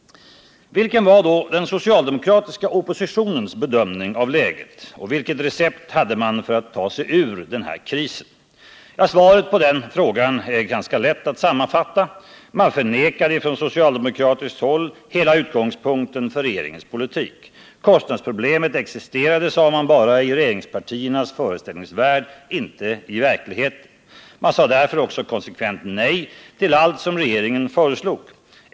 Vilken var då den socialdemokratiska oppositionens bedömning av läget och vilket recept hade man för att ta sig ur krisen? Svaret är lätt att sammanfatta. Man förnekade från socialdemokratiskt håll hela utgångspunkten för regeringens politik. Kostnadsproblemet existerade, sade man, bara i regeringspartiernas föreställningsvärld, inte i verkligheten. Man sade därför konsekvent nej till allt som regeringen föreslog.